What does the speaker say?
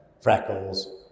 freckles